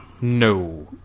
No